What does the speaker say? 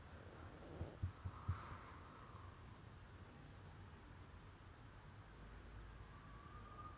ya ஆனா என்னன்னா ஒனக்கு:aanaa ennannaa onakku hurdles எப்டி:epdi hurdles செய்றது ஒனக்கு வந்து:seirathu onakku vanthu like you must know how to hurdle well